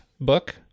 book